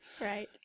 Right